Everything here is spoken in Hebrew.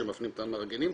שמפנים את המארגנים,